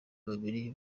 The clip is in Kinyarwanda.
babiri